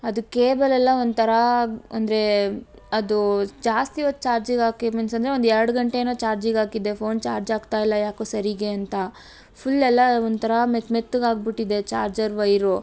ಅದು ಕೇಬಲ್ ಎಲ್ಲ ಒಂಥರಾ ಅಂದರೆ ಅದೂ ಜಾಸ್ತಿ ಹೊತ್ತು ಚಾರ್ಜಿಗೆ ಹಾಕಿ ಮೀನ್ಸ್ ಅಂದರೆ ಒಂದು ಎರಡು ಗಂಟೆ ಏನೋ ಚಾರ್ಜಿಗೆ ಹಾಕಿದ್ದೆ ಫೋನ್ ಚಾರ್ಜ್ ಆಗ್ತಾಯಿಲ್ಲ ಯಾಕೋ ಸರಿಗೇ ಅಂತ ಫುಲ್ ಎಲ್ಲ ಒಂಥರಾ ಮೆತ್ತ ಮೆತ್ತಗೆ ಆಗ್ಬಿಟ್ಟಿದೆ ಚಾರ್ಜರ್ ವೈರು